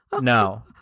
No